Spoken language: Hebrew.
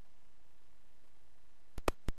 כן.